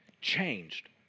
changed